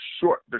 short